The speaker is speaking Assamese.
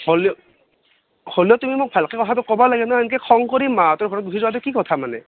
হ'লেও হ'লেও তুমি মোক ভালকৈ কথাটো কবা লাগে ন এংকে খং কৰি মাহঁতৰ ঘৰত গুচি যোৱাটো কি কথা মানে